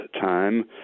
time